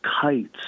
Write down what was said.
kites